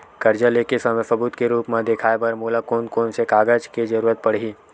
कर्जा ले के समय सबूत के रूप मा देखाय बर मोला कोन कोन से कागज के जरुरत पड़ही?